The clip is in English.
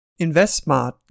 InvestSmart